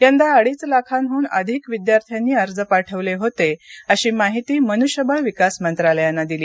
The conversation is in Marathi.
यंदा अडीच लाखांडून अधिक विद्यार्थ्यांनी अर्ज पाठवले होते अशी माहिती मनुष्यबळ विकास मंत्रालयानं दिली